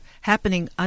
happening